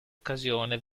occasione